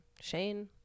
Shane